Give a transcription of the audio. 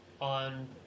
on